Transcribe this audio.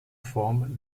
form